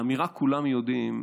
האמירה "כולם יודעים",